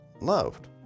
loved